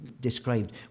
described